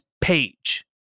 page